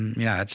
yeah.